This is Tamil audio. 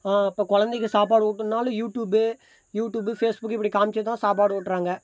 இப்போ குழந்தைங்க சாப்பாடு ஊட்டினாலும் யூட்டுபு யூட்டுபு ஃபேஸ்புக்கு இப்படி காமிச்சுதான் சாப்பாடு ஊட்டுகிறாங்க